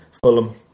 Fulham